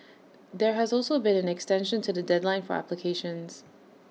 there has also been an extension to the deadline for applications